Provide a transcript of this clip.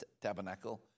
tabernacle